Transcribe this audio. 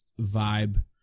vibe